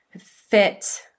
fit